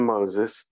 Moses